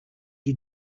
you